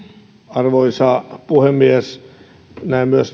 arvoisa puhemies näen myös